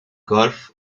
golf